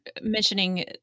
mentioning